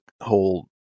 whole